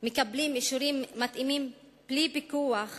מקבלות אישורים מתאימים בלי פיקוח